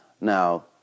Now